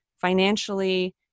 financially